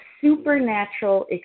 supernatural